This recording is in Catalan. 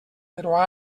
però